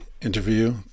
interview